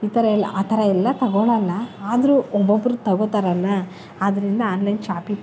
ಈ ಥರ ಎಲ್ಲ ಆ ಥರ ಎಲ್ಲ ತಗೊಳ್ಳೊಲ್ಲ ಆದರೂ ಒಬ್ಬೊಬ್ರು ತಗೋತರಲ್ಲಾ ಆದ್ರಿಂದ ಆನ್ಲೈನ್ ಶಾಪಿಂಗ್